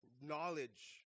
knowledge